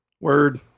Word